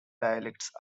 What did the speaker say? dialects